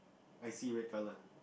I see red colour